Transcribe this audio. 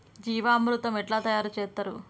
జీవామృతం ఎట్లా తయారు చేత్తరు?